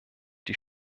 die